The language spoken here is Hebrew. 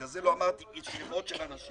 בגלל זה לא אמרתי שמות של אנשים.